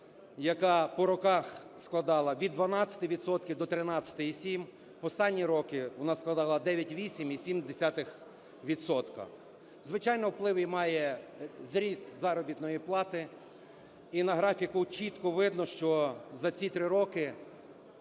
яка по роках складала від 12 відсотків до 13,7. Останні роки вона складала 9,8 і 7 десятих відсотка. Звичайно, вплив має зріст заробітної плати, і на графіку чітко видно, що за ці три роки